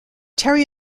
terry